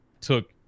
took